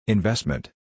Investment